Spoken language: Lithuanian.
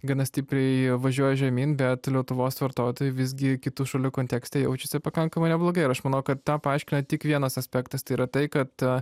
gana stipriai važiuoja žemyn bet lietuvos vartotojai visgi kitų šalių kontekste jaučiasi pakankamai neblogai ir aš manau kad tą paaiškina tik vienas aspektas tai yra tai kad